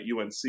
UNC